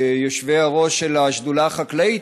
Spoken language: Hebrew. יושבי-הראש של השדולה החקלאית,